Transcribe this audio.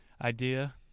idea